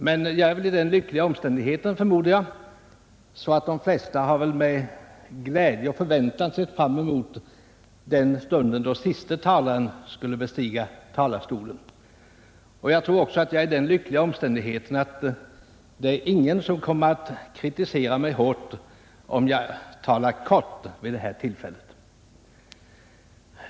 Jag är i den lyckliga omständigheten, förmodar jag, att de flesta med glädje och förväntan har sett fram emot den stund då den siste talaren skulle bestiga talarstolen. Jag tror även att jag är i den lyckliga omständigheten att ingen kommer att kritisera mig hårt om jag talar kort vid detta tillfälle.